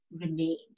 remains